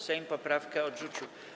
Sejm poprawkę odrzucił.